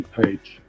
page